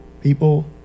people